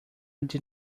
did